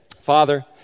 Father